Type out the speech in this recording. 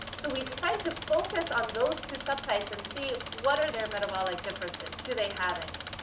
so we decided to focus on those two subtypes and see what are their metabolic differences. do they have any?